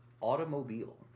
automobile